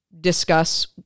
discuss